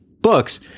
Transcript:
books